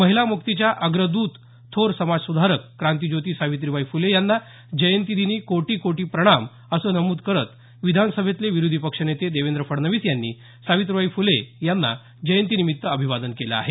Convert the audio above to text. महिलामुक्तीच्या अग्रद्त थोर समाजसुधारक क्रांतिज्योती सावित्रीबाई फुले यांना जयंतीदिनी कोटी कोटी प्रणाम असं नमूद करत विधानसभेतले विरोधीपक्ष नेते देवेंद्र फडणवीस यांनी सावित्रीबाई फुले यांना जयंतीनिमित्त अभिवादन केलं आहे